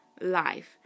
life